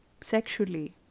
sexually